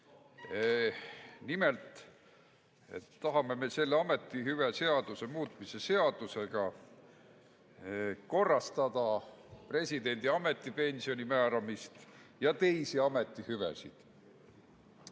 Nimelt tahame selle ametihüve seaduse muutmise seadusega korrastada presidendi ametipensioni määramist ja teisi ametihüvesid.